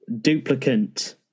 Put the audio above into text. duplicate